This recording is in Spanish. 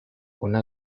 una